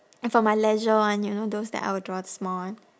and for my leisure one you know those that I will draw the small one